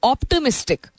Optimistic